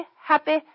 happy